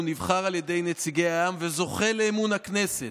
הוא נבחר על ידי נציגי העם וזוכה לאמון הכנסת,